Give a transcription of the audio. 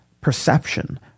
perception